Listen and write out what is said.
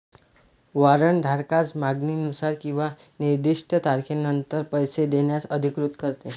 warrant धारकास मागणीनुसार किंवा निर्दिष्ट तारखेनंतर पैसे देण्यास अधिकृत करते